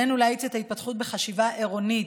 עלינו להאיץ את ההתפתחות בחשיבה עירונית,